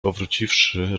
powróciwszy